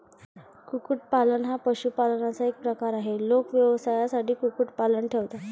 कुक्कुटपालन हा पशुपालनाचा एक प्रकार आहे, लोक व्यवसायासाठी कुक्कुटपालन ठेवतात